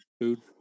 Food